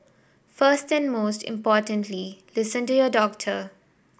first and most importantly listen to your doctor